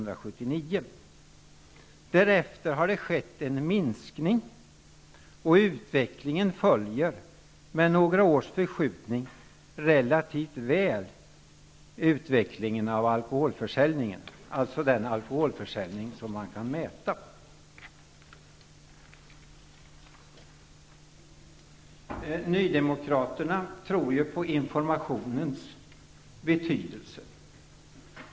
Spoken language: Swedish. Därefter har det skett en minskning, och utvecklingen följer, med några års förskjutning, relativt väl utvecklingen av den alkoholförsäljning som man kan mäta. Nydemokraterna tror ju på informationens betydelse.